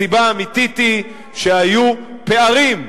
הסיבה האמיתית היא שהיו פערים,